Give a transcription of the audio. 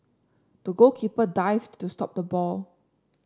the goalkeeper dived to stop the ball